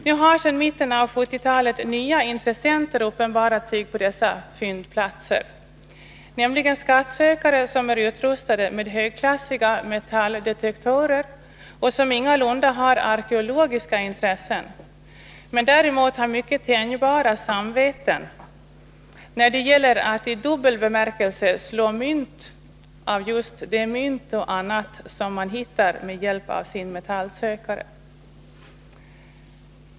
Nu har sedan mitten av 1970-talet nya intressenter uppenbarat sig på dessa fyndplatser, nämligen skattsökare som är utrustade med högklassiga metalldetektorer och som ingalunda har arkeologiska intressen, men däremot har mycket tänjbara samveten när det gäller att i dubbel bemärkelse ”slå mynt” av just de mynt och annat som man hittar med hjälp av sin metallsökare.